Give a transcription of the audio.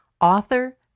author